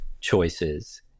choices